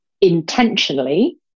intentionally